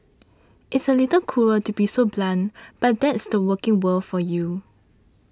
it's a little cruel to be so blunt but that's the working world for you